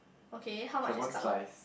okay how much is cut off